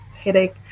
headache